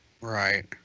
Right